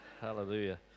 Hallelujah